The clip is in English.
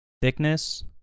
thickness